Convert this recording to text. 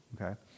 okay